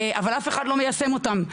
אבל אף אחד לא מיישם אותן.